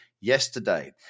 Yesterday